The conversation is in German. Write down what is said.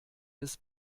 des